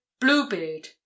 bluebeard